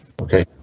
Okay